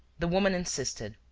the woman insisted.